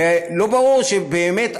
ולא ברור שבאמת,